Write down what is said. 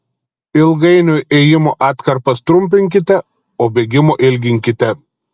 ilgainiui ėjimo atkarpas trumpinkite o bėgimo ilginkite